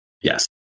Yes